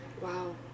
Wow